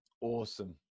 Awesome